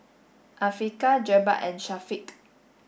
Afiqah Jebat and Syafiq